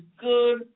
good